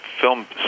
film